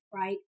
right